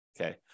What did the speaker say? Okay